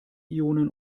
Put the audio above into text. ionen